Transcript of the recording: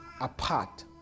apart